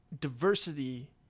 diversity